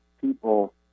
people